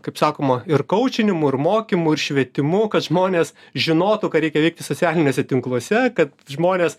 kaip sakoma ir kaučinimu ir mokymu ir švietimu kad žmonės žinotų ką reikia veikti socialiniuose tinkluose kad žmonės